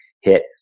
hit